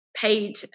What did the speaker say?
paid